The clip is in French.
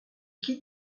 qui